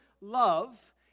love